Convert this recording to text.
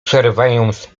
przerywając